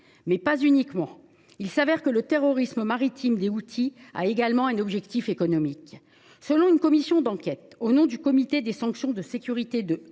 Mais pas uniquement ; il s’avère que le terrorisme maritime des Houthis a également un objectif économique. Selon une enquête menée au nom du comité des sanctions du Conseil de